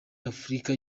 afurika